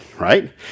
right